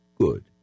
good